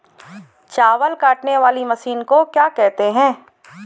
चावल काटने वाली मशीन को क्या कहते हैं?